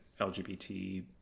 LGBT